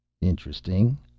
Interesting